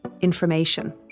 information